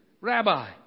Rabbi